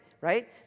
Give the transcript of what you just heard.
right